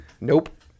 Nope